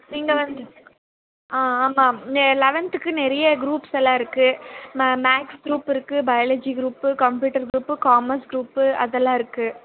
நீங்கள் வந்து ஆ ஆமாம் நே லெவன்த்துக்கு நெறையே க்ரூப்ஸ் எல்லாம் இருக்குது ம மேக்ஸ் க்ரூப் இருக்குது biology group computer group commerce group அதெல்லாம் இருக்குது